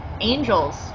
angels